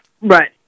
Right